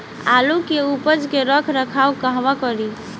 आलू के उपज के रख रखाव कहवा करी?